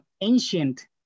ancient